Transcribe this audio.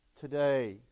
today